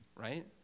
Right